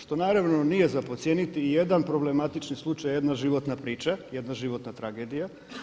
Što naravno nije za podcijeniti, i jedan problematični slučaj i jedna životna priča i jedna životna tragedija.